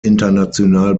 international